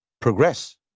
progress